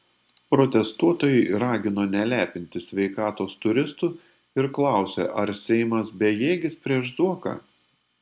protestuotojai ragino nelepinti sveikatos turistų ir klausė ar seimas bejėgis prieš zuoką